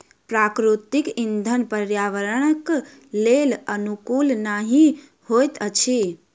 प्राकृतिक इंधन पर्यावरणक लेल अनुकूल नहि होइत अछि